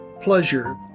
pleasure